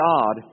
God